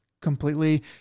completely